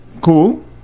cool